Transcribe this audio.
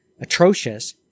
atrocious